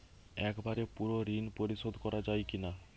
একবারে পুরো ঋণ পরিশোধ করা যায় কি না?